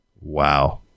Wow